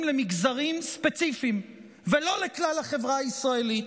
למגזרים ספציפיים ולא לכלל החברה הישראלית.